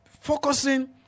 focusing